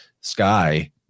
sky